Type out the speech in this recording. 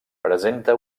presenta